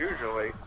usually